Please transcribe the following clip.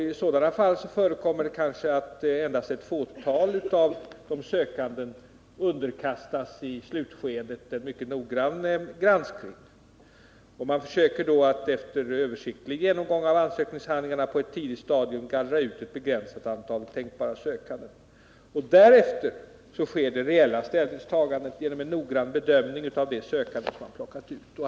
I sådana fall förekommer det kanske att endast ett fåtal av de sökande i slutskedet underkastas en mycket noggrann granskning. Man försöker då efter översiktlig genomgång av ansökningshandlingarna på ett tidigt stadium gallra ut ett begränsat antal tänkbara sökande. Därefter sker det reella ställningstagandet genom en noggrann bedömning av de sökande man plockat ut.